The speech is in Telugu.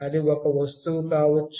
అది ఒక వస్తువు కావచ్చు